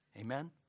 Amen